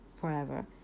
forever